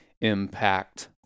impact